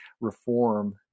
reform